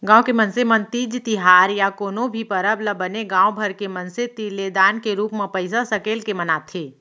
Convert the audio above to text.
गाँव के मनसे मन तीज तिहार या कोनो भी परब ल बने गाँव भर के मनसे तीर ले दान के रूप म पइसा सकेल के मनाथे